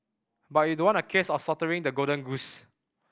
but it don't want a case of slaughtering the golden goose